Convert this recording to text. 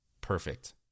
perfect